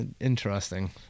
interesting